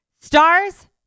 stars